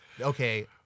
okay